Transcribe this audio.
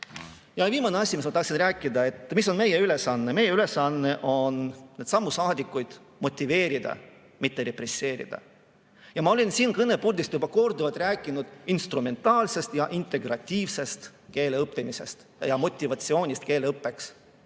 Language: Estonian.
Ja viimane asi, millest ma tahtsin rääkida: mis on meie ülesanne. Meie ülesanne on neidsamu saadikuid motiveerida, mitte represseerida. Ma olen siit kõnepuldist juba korduvalt rääkinud instrumentaalsest ja integratiivsest keele õppimisest ja motivatsioonist keeleõppeks.